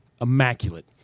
immaculate